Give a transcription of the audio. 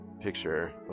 picture